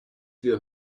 wir